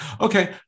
okay